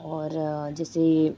और जैसे